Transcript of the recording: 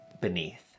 beneath